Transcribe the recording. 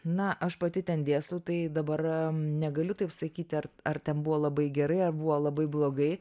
na aš pati ten dėstau tai dabar negaliu taip sakyti ar ar ten buvo labai gerai ar buvo labai blogai